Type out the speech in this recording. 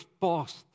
past